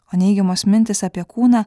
o neigiamos mintys apie kūną